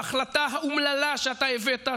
בהחלטה האומללה שאתה הבאת,